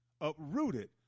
uprooted